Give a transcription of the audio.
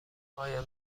آیا